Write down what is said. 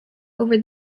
over